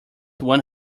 one